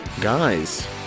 guys